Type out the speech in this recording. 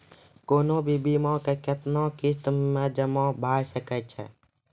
कोनो भी बीमा के कितना किस्त मे जमा भाय सके छै?